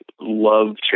love